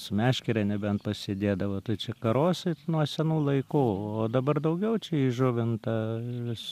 su meškere nebent pasėdėdavo tai čia karosai nuo senų laikų o dabar daugiau čia įžuvinta vis